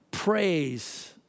praise